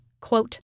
Quote